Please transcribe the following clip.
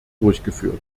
durchgeführt